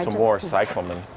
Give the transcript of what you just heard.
more cyclamen.